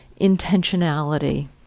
intentionality